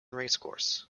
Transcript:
racecourse